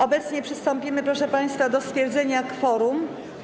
Obecnie przystąpimy, proszę państwa, do stwierdzenia kworum.